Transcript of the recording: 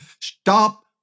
Stop